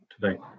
today